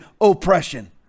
oppression